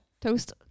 Toast